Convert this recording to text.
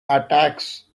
attacks